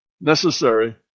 necessary